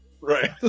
Right